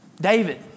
David